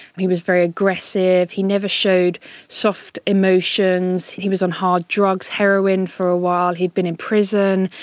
he was very aggressive, he never showed soft emotions. he was on hard drugs heroin for a while he'd been in prison,